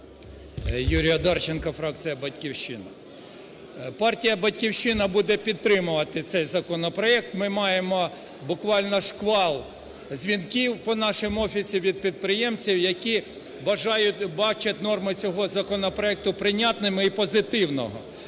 Юрій Одарченко, фракція "Батьківщина". Партія "Батьківщина" буде підтримувати цей законопроект. Ми маємо буквально шквал дзвінків по нашому офісі від підприємців, які бажають бачити норми цього законопроекту прийнятними і позитивними.